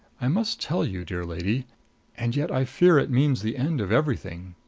i must tell you, dear lady and yet i fear it means the end of everything.